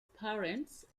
parents